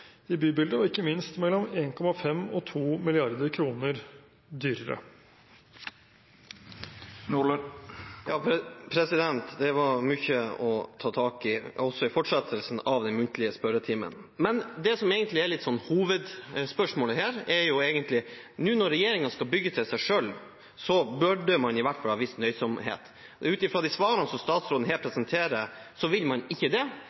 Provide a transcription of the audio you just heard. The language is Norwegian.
i bybildet og ikke minst mellom 1,5 og 2 mrd. kr dyrere. Det var mye å ta tak i i fortsettelsen av den muntlige spørretimen. Det som egentlig er hovedspørsmålet her, er: Nå når regjeringen skal bygge til seg selv, burde man i hvert fall ha vist nøysomhet. Ut fra de svarene som statsråden her presenterer, vil man ikke det.